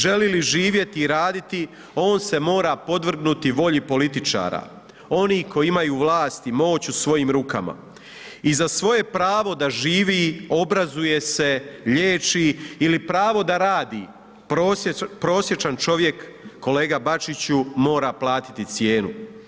Želi li živjeti i raditi, on se mora podvrgnuti volji političara, oni koji imaju vlast i moć u svojim rukama i za svoj pravo da živi, obrazuje se, liječi ili pravo da radi, prosječan čovjek kolega Bačiću, mora platiti cijenu.